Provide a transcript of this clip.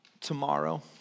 tomorrow